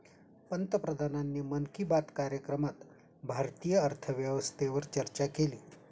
पंतप्रधानांनी मन की बात कार्यक्रमात भारतीय अर्थव्यवस्थेवर चर्चा केली